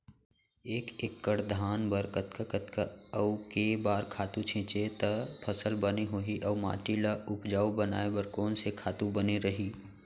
एक एक्कड़ धान बर कतका कतका अऊ के बार खातू छिंचे त फसल बने होही अऊ माटी ल उपजाऊ बनाए बर कोन से खातू बने रही?